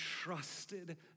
trusted